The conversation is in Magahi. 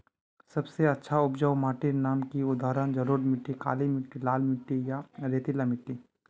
सबसे अच्छा उपजाऊ माटिर नाम की उदाहरण जलोढ़ मिट्टी, काली मिटटी, लाल मिटटी या रेतीला मिट्टी?